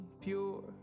pure